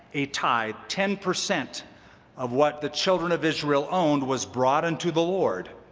a tithe, ten percent of what the children of israel owned was brought unto the lord.